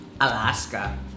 Alaska